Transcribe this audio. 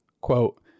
quote